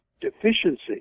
deficiency